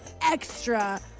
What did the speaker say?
extra